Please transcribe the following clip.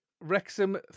Wrexham